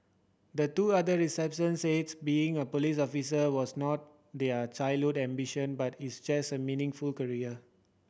the two other recipients said being a police officer was not their childhood ambition but it's meaningful career